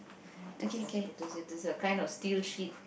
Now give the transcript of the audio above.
what is asbestos it's a kind of steel sheet